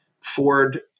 Ford –